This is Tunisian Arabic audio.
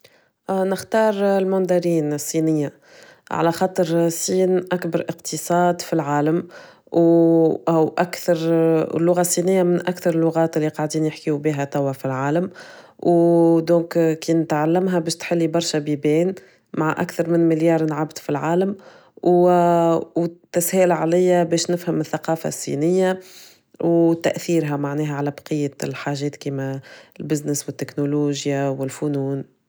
نختار الماندرين الصينية على خاطر الصين أكبر اقتصاد في العالم، و اكثر اللغة الصينية من اكثر اللغات اللي قاعدين يحكيو بها توا في العالم، ودوك كي نتعلمها باش تحلي برشا بيبان، مع اكثر من مليارن عبد في العالم و بس سهل عليا باش نفهم الثقافة الصينية وتأثيرها معناها على بقية الحاجات كيما البزنس والتكنولوجيا والفنون.